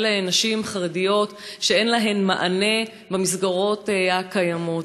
נשים חרדיות שאין להן מענה במסגרות הקיימות?